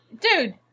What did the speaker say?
Dude